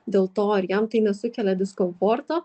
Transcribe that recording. dėl to ar jam tai nesukelia diskomforto